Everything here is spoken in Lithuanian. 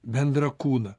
bendrą kūną